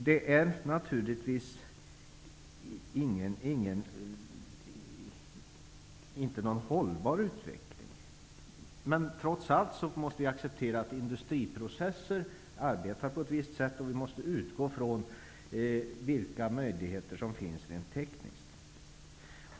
Det är naturligtvis ingen hållbar utveckling, men trots allt måste vi acceptera att industriprocesser arbetar på ett visst sätt, och vi måste utgå från vilka möjligheter som finns rent tekniskt.